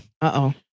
Uh-oh